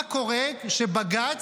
מה קורה כשבג"ץ,